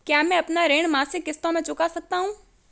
क्या मैं अपना ऋण मासिक किश्तों में चुका सकता हूँ?